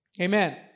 Amen